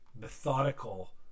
methodical